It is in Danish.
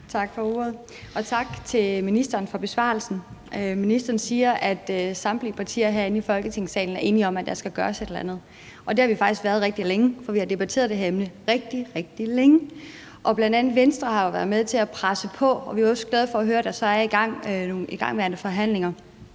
Tak for ordet. Og tak til ministeren for besvarelsen. Ministeren siger, at samtlige partier her i Folketingssalen er enige om, at der skal gøres et eller andet. Og det har vi faktisk været rigtig længe, for vi har debatteret det her emne rigtig, rigtig længe. Bl.a. Venstre har jo været med til at presse på, og vi er også glade for at høre, at der er nogle igangværende forhandlinger